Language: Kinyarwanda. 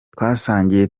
twasangiye